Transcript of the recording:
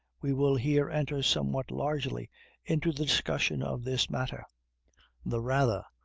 we will here enter somewhat largely into the discussion of this matter the rather,